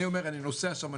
אני נוסע שם,